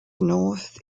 north